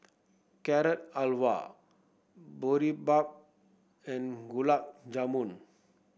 Carrot Halwa Boribap and Gulab Jamun